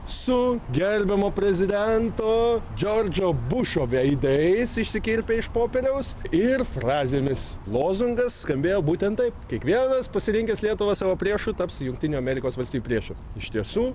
su gerbiamo prezidento džordžo bušo veidais išsikirpę iš popieriaus ir frazėmis lozungas skambėjo būtent taip kiekvienas pasirinkęs lietuvą savo priešu taps jungtinių amerikos valstijų priešu iš tiesų